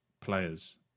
players